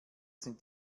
sind